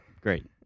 Great